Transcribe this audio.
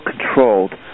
controlled